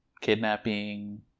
kidnapping